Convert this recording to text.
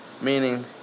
Meaning